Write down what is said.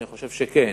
אני חושב שכן.